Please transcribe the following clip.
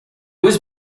was